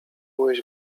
byłeś